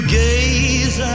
gaze